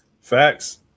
Facts